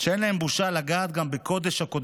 אין להם בושה לגעת גם בקודש-הקודשים,